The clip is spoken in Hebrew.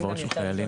בהלוואות של חיילים?